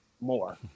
More